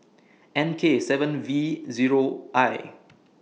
N K seven V Zero I